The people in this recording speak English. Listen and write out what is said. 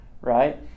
right